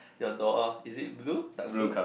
your door is it blue dark blue